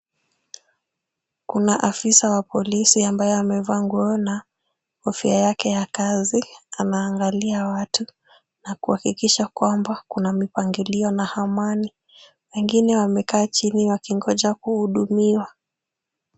Kuna afisa wa polisi ambaye amevaa nguo na kofia yake ya kazi, anaangalia watu na kuhakikisha kwamba kuna mpangilio na amani. Wengine wamekaa chini wakingoja kuhudumiwa.